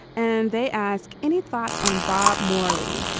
and they ask any thoughts on bob mallie?